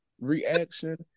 reaction